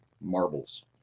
marbles